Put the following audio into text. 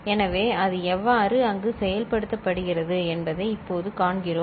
எனவே அது எவ்வாறு அங்கு செயல்படுத்தப்படுகிறது என்பதை இப்போது காண்கிறோம்